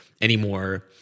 anymore